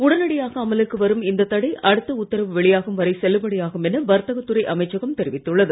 உடனடியாக அமலுக்கு வரும் இந்த தடை அடுத்த உத்தரவு வெளியாகும் வரை செல்லுபடியாகும் என வர்த்தக துறை அமைச்சகம் அறிவித்துள்ளது